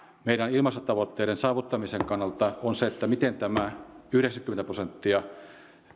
meidän ilmastotavoitteidemme saavuttamisen kannalta on se miten tämä yhdeksänkymmentä prosenttia